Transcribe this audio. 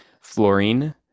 Fluorine